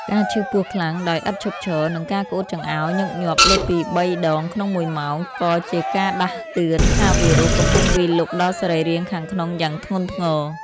ការឈឺពោះខ្លាំងដោយឥតឈប់ឈរ និងការក្អួតចង្អោរញឹកញាប់លើសពីបីដងក្នុងមួយម៉ោង ក៏ជាការដាស់តឿនថាវីរុសកំពុងវាយលុកដល់សរីរាង្គខាងក្នុងយ៉ាងធ្ងន់ធ្ងរ។